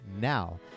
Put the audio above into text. now